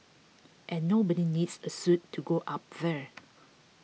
and nobody needs a suit to go up there